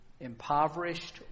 impoverished